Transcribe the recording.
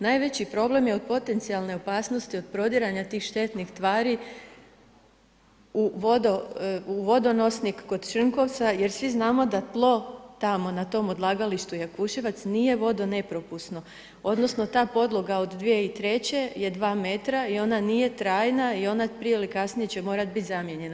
Najveći problem je u potencijalnoj opasnosti od prodiranja tih štetnih tvari u vodonosnik kod Črnkovca jer svi znamo da tlo tamo na tom odlagalištu Jakuševac nije vodonepropusno, odnosno ta podloga od 2003. je 2 metra i ona nije trajna i ona prije ili kasnije će morati bit zamijenjena.